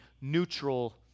neutral